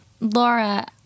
Laura